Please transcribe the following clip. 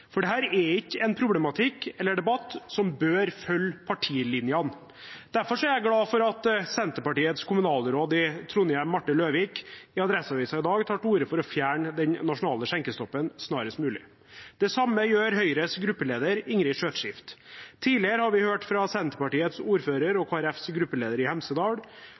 for dette er ikke en problematikk eller debatt som bør følge partilinjene. Derfor er jeg glad for at Senterpartiets kommunalråd i Trondheim, Marte Løvik, i Adresseavisen i dag tar til orde for å fjerne den nasjonale skjenkestoppen snarest mulig. Det samme gjør Høyres gruppeleder Ingrid Skjøtskift. Tidligere har vi hørt at Senterpartiets ordfører og Kristelig Folkepartis gruppeleder i Hemsedal